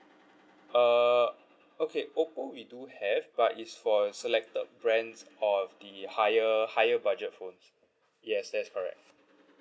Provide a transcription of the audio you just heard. uh okay oppo we do have but it's for selected brands of the higher higher budget phones yes that's correct